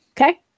okay